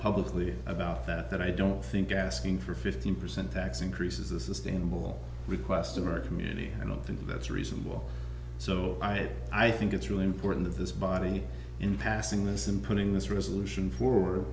publicly about that i don't think asking for a fifteen percent tax increase is a sustainable request in our community i don't think that's reasonable so i it i think it's really important of this body in passing this in putting this resolution for